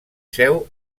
seu